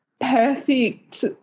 perfect